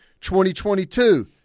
2022